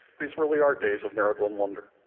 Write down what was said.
these really are days of miracle and wonder.